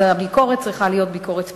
אז הביקורת צריכה להיות ביקורת פתע.